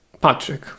Patrick